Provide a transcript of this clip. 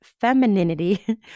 femininity